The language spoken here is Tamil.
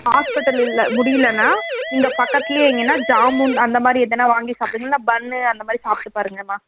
ஹாஸ்பிடல் இல்லை முடியிலைன்னா நீங்கள் பக்கத்துலேயே எங்கன்னால் ஜாமுன் அந்த மாதிரி எதுனா வாங்கி சாப்பிடுங்க இல்லைன்னா பன்னு அந்த மாதிரி சாப்பிட்டு பாருங்கம்மா